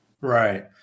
Right